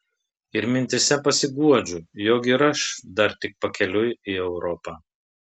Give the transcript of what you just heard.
ir mintyse pasiguodžiu jog ir aš dar tik pakeliui į europą